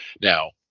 Now